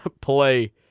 play